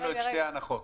אני לא מוכן לציית לך.